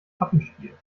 pappenstiel